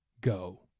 go